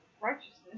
Righteousness